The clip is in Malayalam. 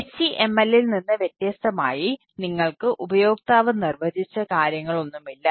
HTML ൽ നിന്ന് വ്യത്യസ്തമായി നിങ്ങൾക്ക് ഉപയോക്താവ് നിർവചിച്ച കാര്യങ്ങളൊന്നുമില്ല